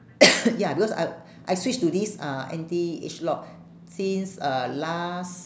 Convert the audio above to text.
ya because I I switch to this uh anti age lock since uh last